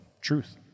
truth